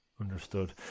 understood